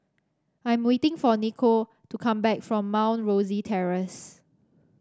I'm waiting for Nichol to come back from Mount Rosie Terrace